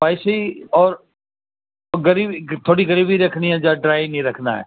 spicy اور gravy تھوڑی gravy رکھنی ہے ڈرائی نہیں رکھنا ہے